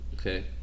okay